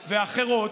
ואחרות,